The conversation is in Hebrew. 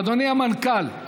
אדוני המנכ"ל.